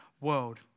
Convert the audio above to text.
world